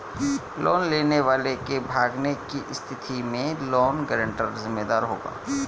loan लेने वाले के भागने की स्थिति में लोन गारंटर जिम्मेदार होगा